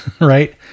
right